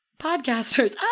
Podcasters